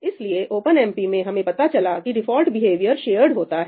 इसलिए ओपनएमपी में हमें पता चला कि डिफॉल्ट बिहेवियर शेयर्ड होता है